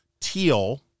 Teal